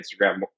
Instagram